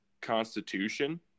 Constitution